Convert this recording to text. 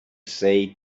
say